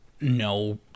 no